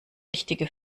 richtige